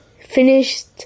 finished